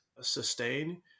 sustain